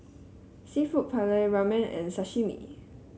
seafood Paella Ramen and Sashimi